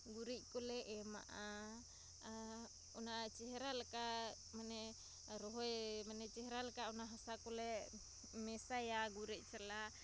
ᱜᱩᱨᱤᱡᱠᱚᱞᱮ ᱮᱢᱟᱜᱼᱟ ᱚᱱᱟ ᱪᱮᱦᱨᱟ ᱞᱮᱠᱟ ᱢᱟᱱᱮ ᱨᱚᱦᱚᱭ ᱢᱟᱱᱮ ᱪᱮᱦᱨᱟ ᱞᱮᱠᱟ ᱚᱱᱟ ᱦᱟᱥᱟᱠᱚᱞᱮ ᱢᱮᱥᱟᱭᱟ ᱜᱩᱨᱤᱡ ᱥᱟᱞᱟᱜ